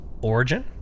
Origin